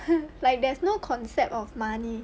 like there's no concept of money